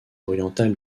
orientale